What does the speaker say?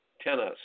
tennis